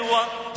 one